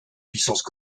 puissances